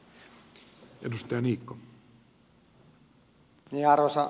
arvoisa puhemies